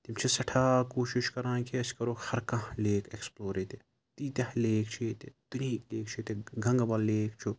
تِم چھِ سٮ۪ٹھاہ کوٗشِش کَران کہِ أسۍ کَرو ہر کانٛہہ لیک ایٚکٕسپلور ییٚتہِ تیٖتیٛاہ لیک چھِ ییٚتہِ دُنیاہِکۍ لیک چھِ ییٚتہِ گَنٛگبَل لیک چھُ